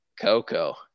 Coco